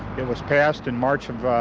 it was passed in march of,